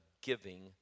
giving